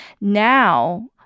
Now